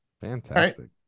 Fantastic